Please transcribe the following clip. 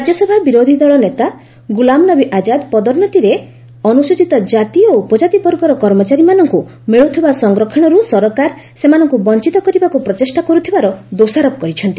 ରାଜ୍ୟସଭା ବିରୋଧୀଦଳ ନେତା ଗୁଲାମ ନବୀ ଆଜାଦ ପଦୋନ୍ନତିରେ ଅନୁସୂଚିତ ଜାତି ଓ ଉପଜାତିବର୍ଗର କର୍ମଚାରୀମାନଙ୍କୁ ମିଳୁଥିବା ସଂରକ୍ଷଣରୁ ସରକାର ସେମାନଙ୍କୁ ବଞ୍ଚ୍ଚତ କରିବାକୁ ପ୍ରଚେଷ୍ଟା କରୁଥିବାର ଦୋଷାରୋପ କରିଛନ୍ତି